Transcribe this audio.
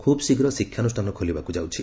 ଖୁବ୍ ଶୀଘ୍ର ଶିକ୍ଷାନୁଷ୍ଠାନ ଖୋଳିବାକୁ ଯାଉଛି